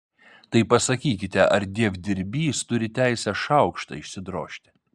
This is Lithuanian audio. tai pasakykite ar dievdirbys turi teisę šaukštą išsidrožti